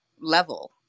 level